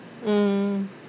mm